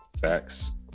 Facts